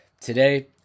Today